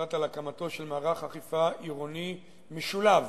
הוחלט על הקמתו של מערך אכיפה עירוני משולב